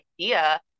idea